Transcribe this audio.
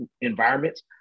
environments